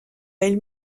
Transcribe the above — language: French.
elle